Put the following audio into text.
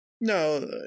No